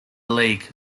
league